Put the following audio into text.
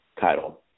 title